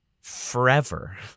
Forever